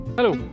Hello